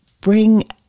bring